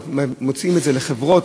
מוציאים את זה לחברות,